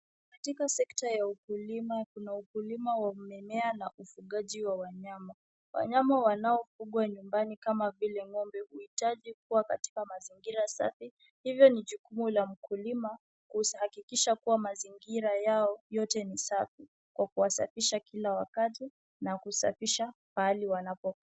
Katika sekta ya ukulima kuna ukulima wa mimea na ufugaji wa wanyama. Wanyama wanofugwa nyumbani kama vile ng'ombe huitaji kuwa katika mazingira safi. Hivyo ni jukumu la mkulima kuhakikisha kwamba mazingira yao yote ni safi kwa kuwasafisha kila wakati na kusafisha pahali wanapokaa.